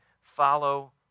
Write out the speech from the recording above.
follow